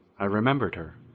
i remembered her.